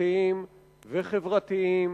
סביבתיים וחברתיים,